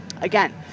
Again